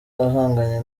ahanganye